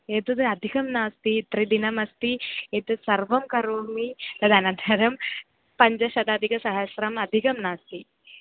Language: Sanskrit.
एतद् अधिकं नास्ति त्रिदिनमस्ति एतत् सर्वं करोमि तदनन्तरं पञ्चशताधिकसहस्रम् अधिकं नास्ति